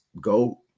go